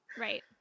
Right